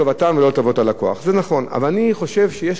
אבל אני חושב שיש כאן מאפיין אחר.